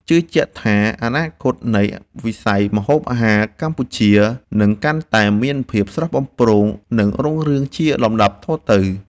ជឿជាក់ថាអនាគតនៃវិស័យម្ហូបអាហារកម្ពុជានឹងកាន់តែមានភាពស្រស់បំព្រងនិងរុងរឿងជាលំដាប់តទៅ។